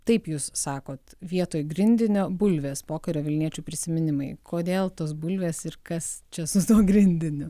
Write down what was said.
taip jūs sakot vietoj grindinio bulvės pokario vilniečių prisiminimai kodėl tos bulvės ir kas čia su tuo grindiniu